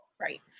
right